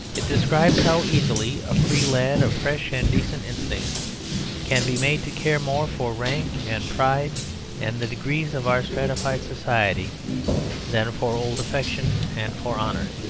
it describes how easily a free lad of fresh and decent instincts can be made to care more for rank and pride and the degrees of our stratified society than for old affection and for honour.